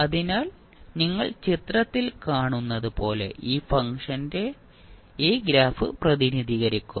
അതിനാൽ നിങ്ങൾ ചിത്രത്തിൽ കാണുന്നതുപോലെ ഈ ഫംഗ്ഷൻ ഈ ഗ്രാഫ് പ്രതിനിധീകരിക്കും